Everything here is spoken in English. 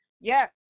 Yes